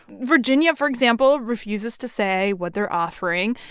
virginia, for example, refuses to say what they're offering.